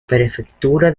prefectura